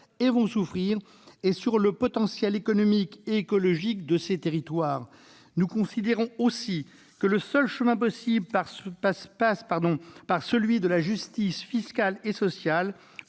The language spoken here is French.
et souffriront et le potentiel économique et écologique de ces territoires. Nous considérons que le seul chemin possible passe par la justice fiscale et sociale.